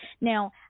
Now